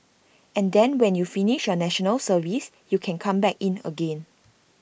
and then when you finish your National Service you can come back in again